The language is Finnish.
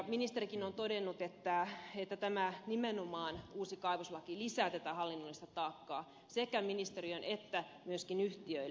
ministerikin on todennut että nimenomaan tämä uusi kaivoslaki lisää tätä hallinnollista taakkaa sekä ministeriölle että myöskin yhtiöille